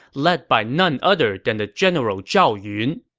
led by none other than the general zhao yun.